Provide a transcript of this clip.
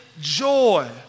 joy